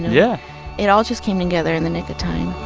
yeah it all just came together in the nick of time